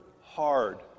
hard